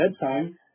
bedtime